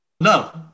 No